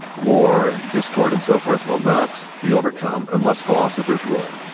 war and discord, and so forth, will not be overcome unless philosophers rule.